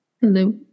hello